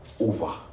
over